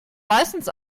meistens